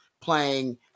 playing